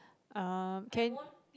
um can